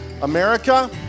America